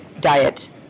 diet